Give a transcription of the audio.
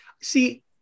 see